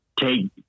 take